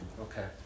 Okay